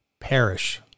perish